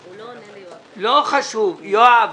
יואב,